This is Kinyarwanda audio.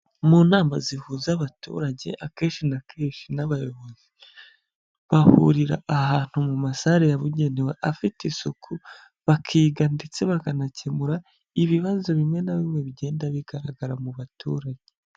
Mu nama zihuza abaturage, akenshi na kenshi n'abayobozi. Bahurira ahantu mu masare yabugenewe afite isuku, bakiga ndetse bakanakemura ibibazo bimwe na bimwe bigenda bigaragara mu baturage.